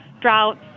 droughts